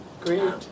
Great